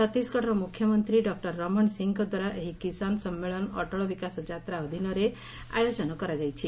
ଛତିଶଗଡ଼ର ମୁଖ୍ୟମନ୍ତ୍ରୀ ଡକ୍ଟର ରମଣ ସିଂଙ୍କଦ୍ୱାରା ଏହି କିଷାନ୍ ସମ୍ମେଳନ ଅଟଳ ବିକାଶ ଯାତ୍ରା ଅଧୀନରେ ଆୟୋଜନ କରାଯାଇଛି